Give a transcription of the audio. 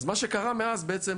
אז מאז בעצם